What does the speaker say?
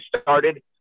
started